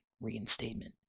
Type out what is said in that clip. reinstatement